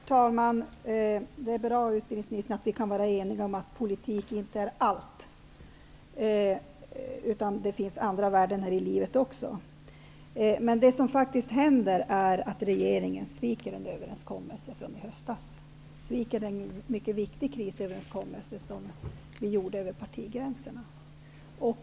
Herr talman! Det är bra, utbildningsministern, att vi kan vara eniga om att politik inte är allt utan att det finns andra världen här i livet. Det som faktiskt händer är att regeringen sviker en överenskommelse från i höstas. Regeringen sviker en mycket viktig krisöverenskommelse som gjordes över partigränserna.